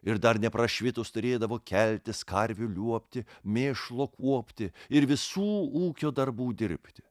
ir dar neprašvitus turėdavo keltis karvių liuobti mėšlo kuopti ir visų ūkio darbų dirbti